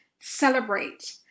celebrate